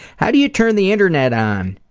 how do you turn the internet on?